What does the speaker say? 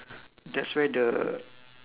that's where the